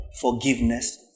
forgiveness